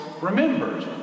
remembered